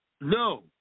No